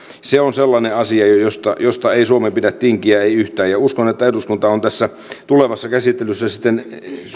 se on sellainen asia josta josta ei suomen pidä tinkiä ei yhtään uskon että eduskunta on tässä tulevassa käsittelyssä sitten